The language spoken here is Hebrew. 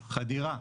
חדירה.